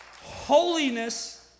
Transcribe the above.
Holiness